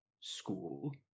school